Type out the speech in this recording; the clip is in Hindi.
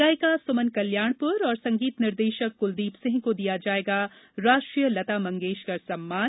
गायिका सुमन कल्याणपुर और संगीत निर्देशक कुलदीप सिंह को दिया जायेगा राष्ट्रीय लता मंगेशकर सम्मान